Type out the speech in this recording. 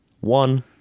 one